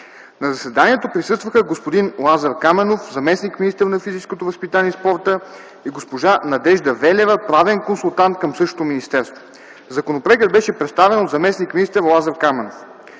На заседанието присъстваха господин Лазар Каменов – заместник-министър на физическото възпитание и спорта, и госпожа Надежда Велева – правен консултант към същото министерство. Законопроектът беше представен от заместник министър Лазар Каменов.